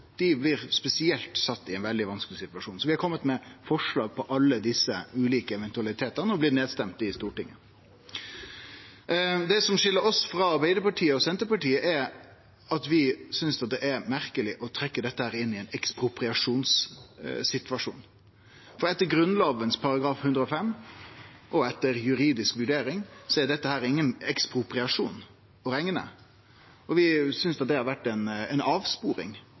i Stortinget. Det som skil oss frå Arbeiderpartiet og Senterpartiet, er at vi synest det er merkeleg å trekkje dette inn i ein ekspropriasjonssituasjon. For etter Grunnlova § 105, og etter ei juridisk vurdering, er dette ikkje å rekne for ein ekspropriasjon, og vi synest det har vore ei avsporing. Det er fullt mogleg å etablere ei god erstatning for forbodet utan å gå inn i ein